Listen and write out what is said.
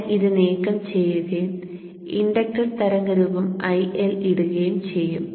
ഞാൻ ഇത് നീക്കം ചെയ്യുകയും ഇൻഡക്റ്റർ തരംഗ രൂപം IL ഇടുകയും ചെയ്യും